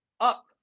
up